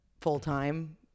full-time